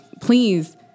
please